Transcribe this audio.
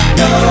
no